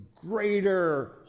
greater